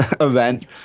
event